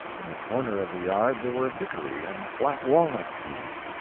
in the corner of the yard there were hickory and black-walnut trees,